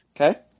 Okay